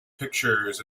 pictures